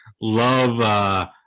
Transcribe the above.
Love